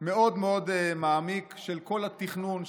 מאוד מאוד מעמיק של כל התכנון,